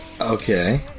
Okay